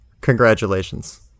Congratulations